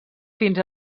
fins